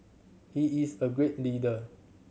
he is a great leader